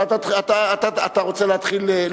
אתה רוצה להתחיל?